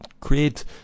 create